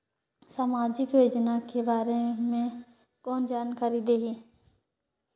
समाजिक योजना के बारे मे कोन जानकारी देही?